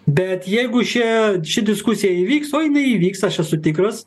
bet jeigu čia ši diskusija įvyks o jinai įvyks aš esu tikras